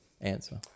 Answer